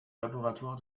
laboratoires